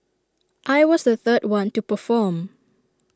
I was the third one to perform